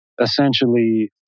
essentially